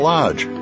Lodge